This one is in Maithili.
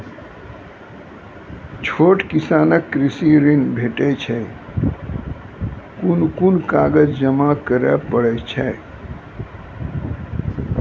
छोट किसानक कृषि ॠण भेटै छै? कून कून कागज जमा करे पड़े छै?